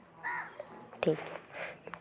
ᱴᱷᱤᱠ ᱜᱮᱭᱟ